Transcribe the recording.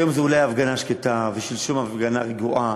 היום זו אולי הפגנה שקטה ושלשום הפגנה רגועה.